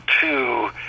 two